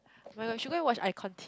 [oh]-my-god you should go and watch iKon T_V